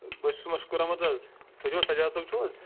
بہٕ حظ چھُس مَشُکُر احمد حظ تُہۍ چھِو حظ سجاد صٲب چھُو حظ